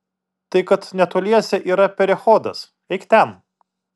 tai kad netoliese yra perechodas eik ten